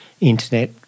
internet